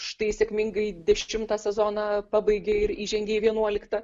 štai sėkmingai dešimtą sezoną pabaigė ir įžengė į vienuoliktą